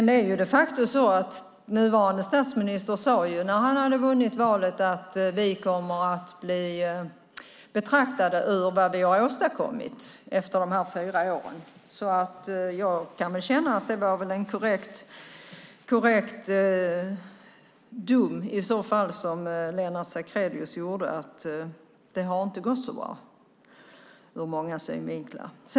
Det är de facto så att den nuvarande statsministern när han vunnit valet sade att ni kommer att bli betraktade efter vad ni har åstadkommit efter de fyra åren. Det är i så fall en korrekt dom som Lennart Sacrédeus gjorde att det inte har gått så bra ur många synvinklar.